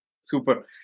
super